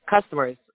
customers